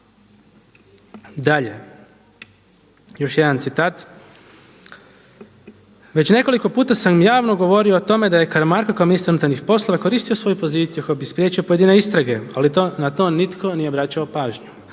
Dalje, još jedan citat – već nekoliko puta sam javno govorio o tome da je Karamarko kao ministar unutarnjih poslova koristio svoju poziciju kako bi spriječio pojedine istrage, ali na to nitko nije obraćao pažnju.